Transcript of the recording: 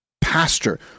pastor